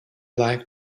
like